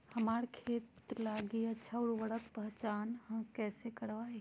हमार खेत लागी अच्छा उर्वरक के पहचान हम कैसे करवाई?